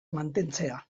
mantentzea